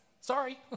Sorry